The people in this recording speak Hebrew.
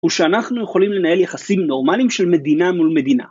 הוא שאנחנו יכולים לנהל יחסים נורמליים של מדינה מול מדינה.